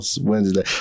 Wednesday